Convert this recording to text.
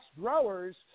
growers